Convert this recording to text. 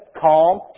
calm